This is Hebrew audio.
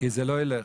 כי זה לא ילך.